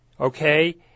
okay